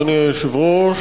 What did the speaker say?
אדוני היושב-ראש,